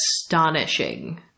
astonishing